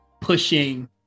pushing